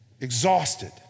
Exhausted